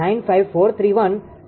79° બનશે